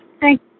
Thank